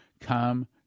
come